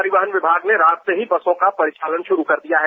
परिवहन विमाग ने रात से ही बसों का परिचालन शुरू कर दिया है